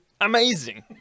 amazing